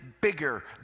bigger